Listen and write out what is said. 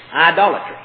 idolatry